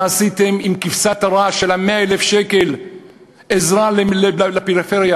מה עשיתם עם כבשת הרש של 100,000 שקל עזרה לפריפריה.